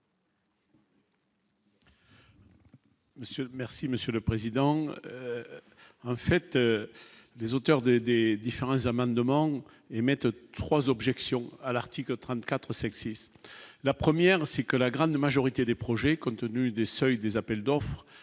merci monsieur le président, fait des auteurs des des différents amendements émettent 3 objections à l'article 34, sexisme, la 1ère c'est que la grande majorité des projets contenus des seuils, des appels d'offres